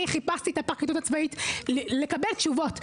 אני חיפשתי את הפרקליטות כדי לקבל תשובות.